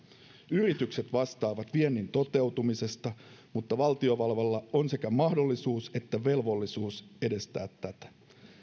yritykset vastaavat viennin toteutumisesta mutta valtiovallalla on sekä mahdollisuus että velvollisuus edistää tätä